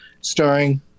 starring